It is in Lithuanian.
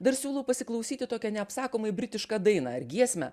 dar siūlau pasiklausyti tokią neapsakomai britišką dainą ar giesmę